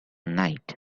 night